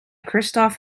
christoph